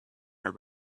her